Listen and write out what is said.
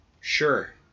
Sure